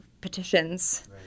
petitions